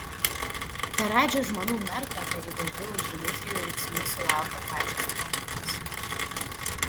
per radžio žmonų mergvakarį daugiau už dmitrijų riksmų sulaukė pačios nuotakos